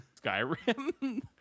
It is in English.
skyrim